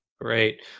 Great